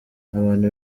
abantu